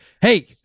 hey